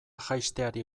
jaisteari